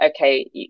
okay